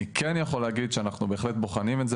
אני כן יכול להגיד שאנחנו בהחלט בוחנים את זה